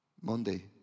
Monday